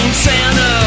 Santa